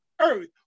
earth